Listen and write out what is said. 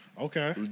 Okay